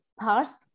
past